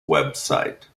website